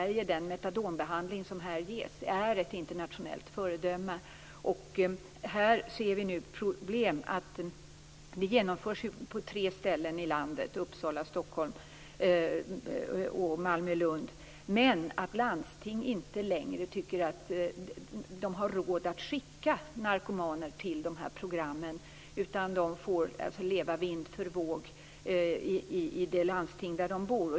Den metadonbehandling som ges i Sverige är ett internationellt föredöme. Här ser vi nu problem. Den genomförs på tre ställen i landet - Uppsala, Stockholm och Malmö/Lund. Landsting tycker inte längre att de har råd att skicka narkomaner till dessa program, utan de får leva vind för våg i det landsting där de bor.